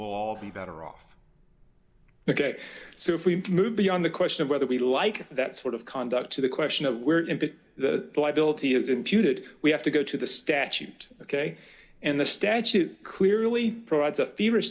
we'll all be better off ok so if we move beyond the question of whether we like that sort of conduct to the question of where in the lie bill t is imputed we have to go to the statute ok and the statute clearly provides a fever